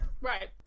Right